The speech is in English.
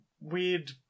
weird